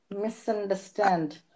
misunderstand